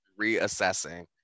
reassessing